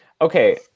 Okay